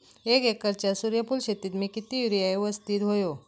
एक एकरच्या सूर्यफुल शेतीत मी किती युरिया यवस्तित व्हयो?